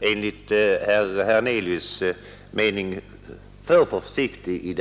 enligt herr Hernelius” mening kanske för försiktig.